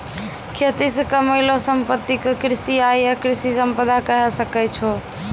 खेती से कमैलो संपत्ति क कृषि आय या कृषि संपदा कहे सकै छो